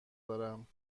دارم